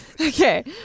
Okay